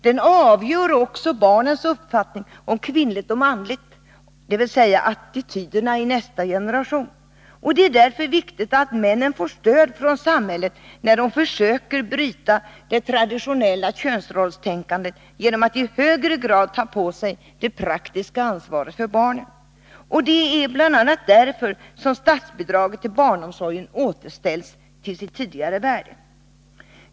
Den avgör också barnens uppfattning om kvinnligt och manligt, dvs. attityderna i nästa generation. Det är därför viktigt att männen får stöd från samhället när de försöker bryta det traditionella könsrollstänkandet genom att i högre grad än tidigare ta på sig det praktiska ansvaret för barnen. Det är bl.a. därför som statsbidragen till barnomsorgen återställs till sitt tidigare värde.